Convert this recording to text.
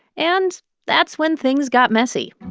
and that's when things got messy